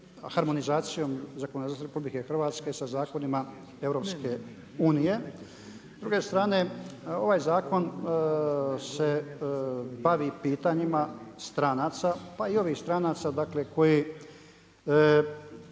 harmonizacijom zakonodavstva RH sa zakonima EU. S druge strane ovaj zakon se bavi pitanjima stranaca, pa i ovih stranaca,